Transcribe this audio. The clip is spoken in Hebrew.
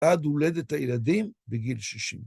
עד הולדת הילדים בגיל 60.